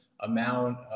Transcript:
amount